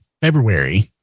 February